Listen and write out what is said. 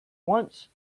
once